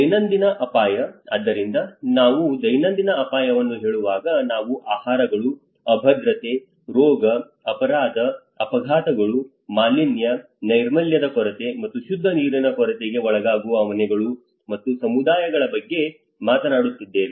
ದೈನಂದಿನ ಅಪಾಯ ಆದ್ದರಿಂದ ನಾವು ದೈನಂದಿನ ಅಪಾಯವನ್ನು ಹೇಳುವಾಗ ನಾವು ಆಹಾರಗಳು ಅಭದ್ರತೆ ರೋಗ ಅಪರಾಧ ಅಪಘಾತಗಳು ಮಾಲಿನ್ಯ ನೈರ್ಮಲ್ಯದ ಕೊರತೆ ಮತ್ತು ಶುದ್ಧ ನೀರಿನ ಕೊರತೆಗೆ ಒಳಗಾಗುವ ಮನೆಗಳು ಮತ್ತು ಸಮುದಾಯಗಳ ಬಗ್ಗೆ ಮಾತನಾಡುತ್ತಿದ್ದೇವೆ